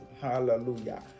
Hallelujah